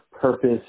purpose